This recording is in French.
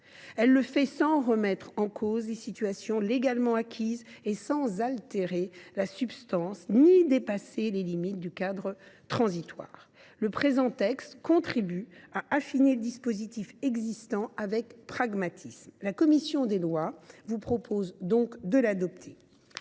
Elle le fait sans remettre en cause les situations légalement acquises, ni altérer la substance du cadre transitoire, ni dépasser ses limites. Le présent texte contribue à affiner le dispositif existant avec pragmatisme. La commission des lois vous propose donc de l’adopter.